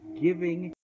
giving